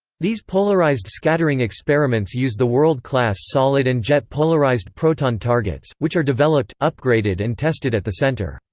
these polarized scattering experiments use the world-class solid and jet polarized proton targets, which are developed, upgraded and tested at the center.